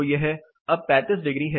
तो यह अब 35 डिग्री है